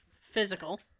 physical